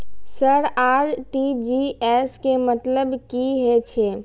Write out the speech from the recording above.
Sir RTGS के मतलब की हे छे?